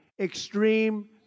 extreme